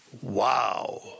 Wow